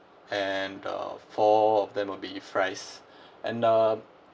and uh four of them will be fries and uh